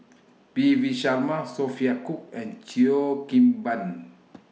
P V Sharma Sophia Cooke and Cheo Kim Ban